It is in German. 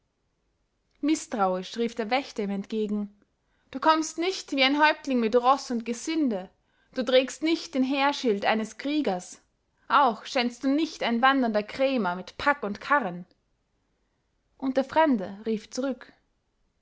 mißtrauisch rief der wächter ihm entgegen du kommst nicht wie ein häuptling mit roß und gesinde du trägst nicht den heerschild eines kriegers auch scheinst du nicht ein wandernder krämer mit pack und karren und der fremde rief zurück